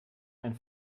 ein